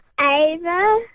Ava